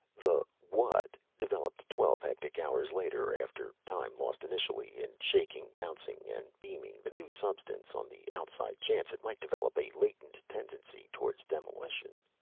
the what developed twelve hectic hours later after time lost initially in shaking, bouncing and beaming the new substance on the outside chance it might develop a latent tendency towards demolition.